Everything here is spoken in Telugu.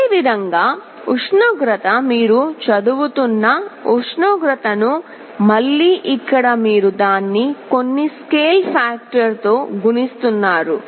అదేవిధంగా ఉష్ణోగ్రత మీరు చదువుతున్న ఉష్ణోగ్రతను మళ్ళీ ఇక్కడ మీరు దాన్ని కొన్ని స్కేల్ ఫాక్టర్ తో గుణిస్తున్నారు